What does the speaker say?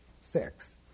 six